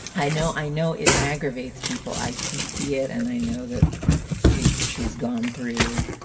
i know, i know it aggravates people. i can see it and i know that she's she's gone through,